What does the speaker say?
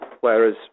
whereas